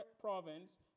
province